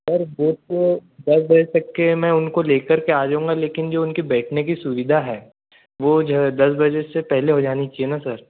sir वह तो दस बजे तक के मैं उनको लेकर के आ जाउँगा लेकिन जो उनकी बैठने की सुविधा है वह जो है दस बजे से पहले हो जानी चाहिए ना सर